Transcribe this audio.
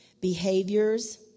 behaviors